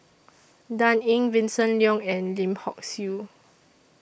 Dan Ying Vincent Leow and Lim Hock Siew